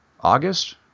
August